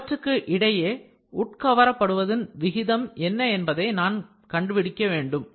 இவற்றுக்கு இடையே உட்கவரப்படுவதன் விகிதம் என்ன என்பதை நாம் கண்டுபிடிக்க வேண்டும்